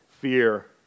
fear